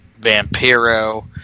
Vampiro